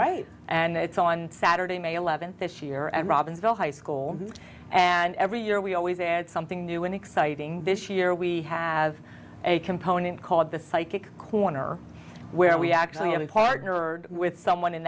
right and so on saturday may eleventh this year and robbinsville high school and every year we always add something new and exciting this year we have a component called the psychic corner where we actually have a partner with someone in